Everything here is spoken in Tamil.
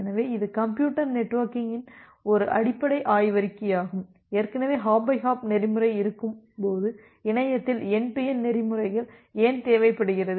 எனவே இது கம்ப்யூட்டர் நெட்வொர்க்கிங் இன் ஒரு அடிப்படை ஆய்வறிக்கையாகும் ஏற்கனவே ஹாப் பை ஹாப் நெறிமுறை இருக்கும்போது இணையத்தில் என்டு டு என்டு நெறிமுறைகள் ஏன் தேவைப்படுகிறது